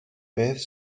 beth